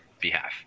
behalf